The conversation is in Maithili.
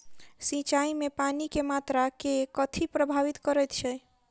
सिंचाई मे पानि केँ मात्रा केँ कथी प्रभावित करैत छै?